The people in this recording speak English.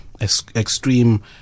extreme